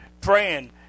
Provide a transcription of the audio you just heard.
Praying